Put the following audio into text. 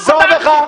תחזור בך.